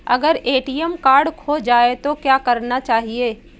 अगर ATM card खो जाए तो क्या करना चाहिए?